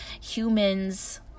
humans